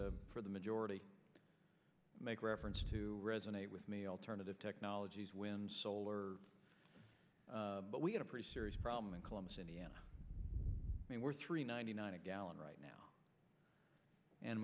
for the majority make reference to resonate with me alternative technologies wind solar but we had a pretty serious problem in columbus indiana they were three ninety nine a gallon right now and